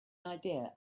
idea